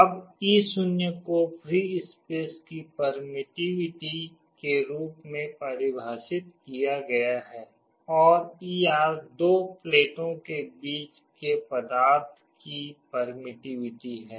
अब e 0 को free space की परमिटिविटी के रूप में परिभाषित किया गया है और e r दो प्लेटों के बीच के पदार्थ की परमिटिविटी है